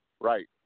right